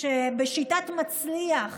שבשיטת מצליח